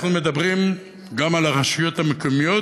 אנחנו מדברים גם על הרשויות המקומיות,